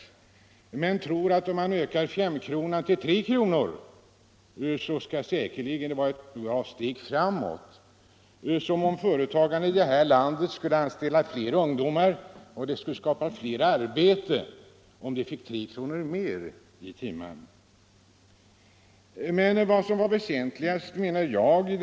I folkpartiet tror man emellertid att om femkronan höjs till 8 kr., så innebär det ett bra steg framåt — som om företagarna i det här landet skulle anställa fler ungdomar och skapa fler arbetstillfällen, bara de fick ytterligare 3 kr. mer i timmen för varje anställd ungdom.